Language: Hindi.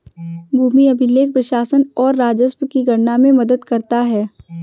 भूमि अभिलेख प्रशासन और राजस्व की गणना में मदद करता है